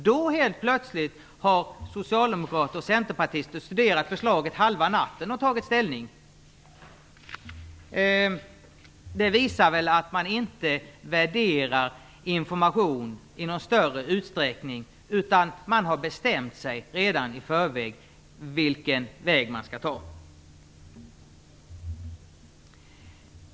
Då helt plötsligt visade det sig att socialdemokrater och centerpartister hade studerat förslaget halva natten och tagit ställning. Det pekar väl på att man inte värderar information i någon större utsträckning. Man hade bestämt sig redan i förväg för vilken väg man skulle ta.